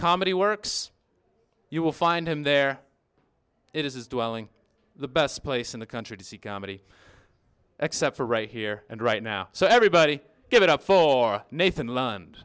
comedy works you will find him there it is dwelling the best place in the country to see comedy except for right here and right now so everybody give it up for nathan l